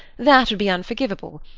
that would be unforgiveable.